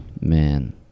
man